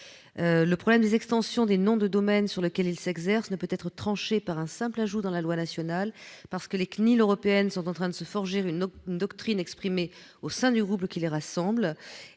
Le problème des extensions des noms de domaine sur lequel il s'exerce ne peut être tranché par un simple ajout dans la loi nationale. En effet, les autorités de contrôle européennes sont en train de se forger une doctrine, exprimée au sein du groupe qui les rassemble,